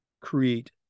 create